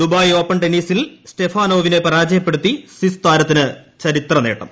Dubai open ടെന്നീസിൽ സ്റ്റെഫാനോവിനെ പരാജയപ്പെടുത്തി സിസ് താരത്തിന് ചരിത്രനേട്ടം